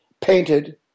painted